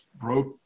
broke